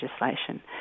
legislation